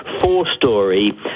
four-story